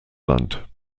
land